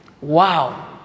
wow